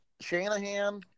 Shanahan